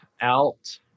out